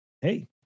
Hey